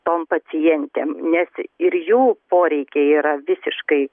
tom pacientėm nes ir jų poreikiai yra visiškai